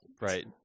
Right